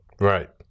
Right